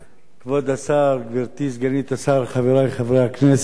השר, חברי חברי הכנסת,